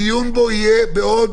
הדיון בו יהיה בעוד